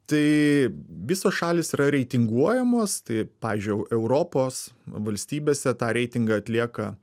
tai visos šalys yra reitinguojamos tai pavyzdžiui europos valstybėse tą reitingą atlieka